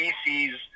species